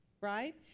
right